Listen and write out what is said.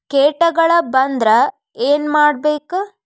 ಕೇಟಗಳ ಬಂದ್ರ ಏನ್ ಮಾಡ್ಬೇಕ್?